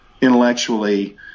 intellectually